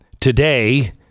Today